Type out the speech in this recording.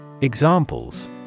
Examples